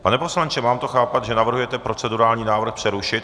Pane poslanče, mám to chápat, že navrhujete procedurální návrh přerušit?